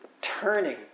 turning